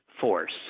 force